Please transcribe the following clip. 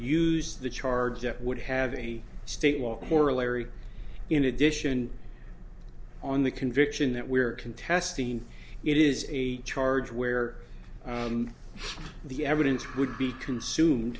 use the charge that would have any state law corollary in addition on the conviction that we're contesting it is a charge where the evidence would be consumed